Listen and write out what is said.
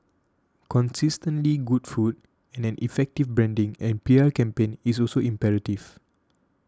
consistently good food and an effective branding and P R campaign is also imperative